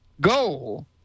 goal